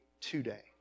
today